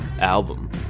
album